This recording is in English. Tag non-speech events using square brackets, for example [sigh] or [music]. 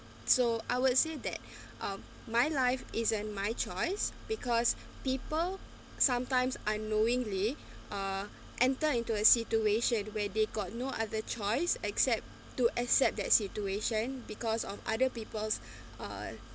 so I would say that [breath] um my life isn't my choice because people sometimes unknowingly uh enter into a situation where they got no other choice except to accept that situation because of other people's uh